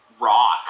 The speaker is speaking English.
rock